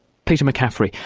peter mccaffery.